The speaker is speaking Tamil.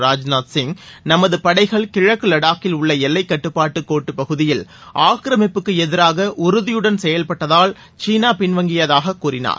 ராஜ்நாத் சிங் நமது படைகள் கிழக்கு வடாக்கில் உள்ள எல்லைக் கட்டுப்பாட்டுக் கோட்டுப் பகுதியில் ஆக்கிரமிப்புக்கு எதிராக உறுதியுடன் செயல்பட்டதால் சீனா பின்வாங்கியதாக கூறினார்